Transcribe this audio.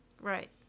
Right